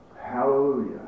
Hallelujah